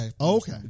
Okay